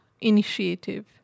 initiative